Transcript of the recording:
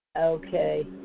Okay